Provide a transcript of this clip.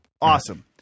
Awesome